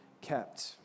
kept